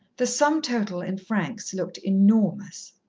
the sum total, in francs, looked enormous.